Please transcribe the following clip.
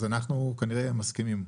אז אנחנו כנראה מסכימים.